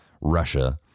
Russia